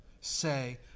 Say